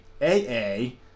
A-A